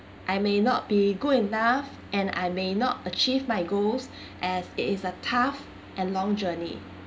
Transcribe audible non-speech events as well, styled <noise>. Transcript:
I may not be good enough and I may not achieve my goals <breath> as it is a tough and long journey